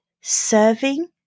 serving